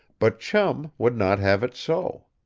but chum would not have it so.